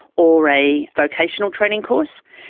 or a vocational training course.